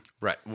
Right